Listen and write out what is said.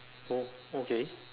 oh okay